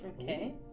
Okay